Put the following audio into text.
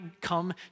come